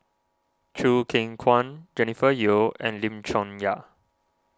Choo Keng Kwang Jennifer Yeo and Lim Chong Yah